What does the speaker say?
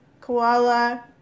Koala